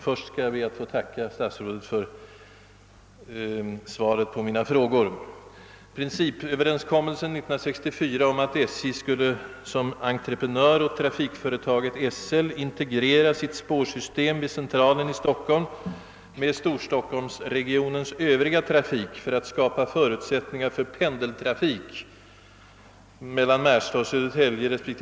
Jag ber nu först att få tacka statsrådet för svaret på mina frågor.